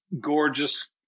gorgeous